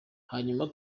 hanyuma